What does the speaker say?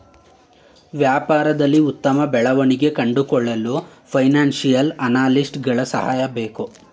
ವ್ಯಾಪಾರದಲ್ಲಿ ಉತ್ತಮ ಬೆಳವಣಿಗೆ ಕಂಡುಕೊಳ್ಳಲು ಫೈನಾನ್ಸಿಯಲ್ ಅನಾಲಿಸ್ಟ್ಸ್ ಗಳ ಸಹಾಯ ಬೇಕು